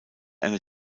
eine